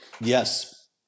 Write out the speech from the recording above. Yes